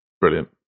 Brilliant